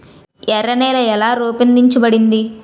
ఎర్ర నేల ఎలా రూపొందించబడింది?